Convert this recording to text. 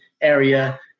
area